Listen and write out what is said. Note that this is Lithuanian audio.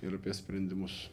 ir sprendimus